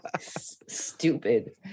Stupid